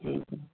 जी जी